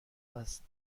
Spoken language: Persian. است